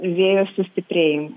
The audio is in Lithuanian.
vėjo sustiprėjimai